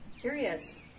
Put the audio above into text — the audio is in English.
Curious